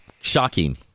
shocking